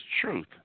truth